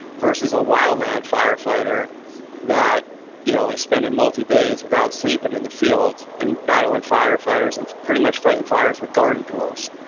versus a wild land firefighter that you know is spending multi days without sleeping in the field and battling firefighters, and pretty much fighting fires with garden tools,